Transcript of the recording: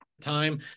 time